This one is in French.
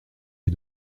les